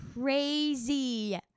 crazy